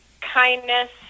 kindness